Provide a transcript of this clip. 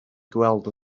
gweld